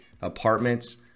apartments